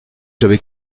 j’avais